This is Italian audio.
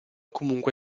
comunque